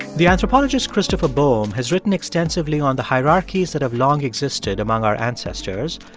the anthropologist christopher boehm has written extensively on the hierarchies that have long existed among our ancestors,